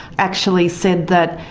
actually said that,